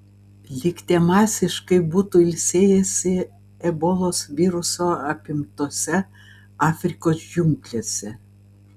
lyg tie masiškai būtų ilsėjęsi ebolos viruso apimtose afrikos džiunglėse